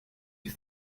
you